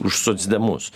už socdemus